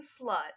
slut